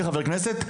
כחבר כנסת,